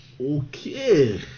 Okay